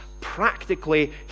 practically